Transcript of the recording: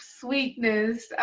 sweetness